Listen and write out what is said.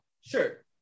sure